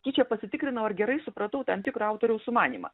tyčia pasitikrinau ar gerai supratau tam tikrą autoriaus sumanymą